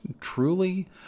truly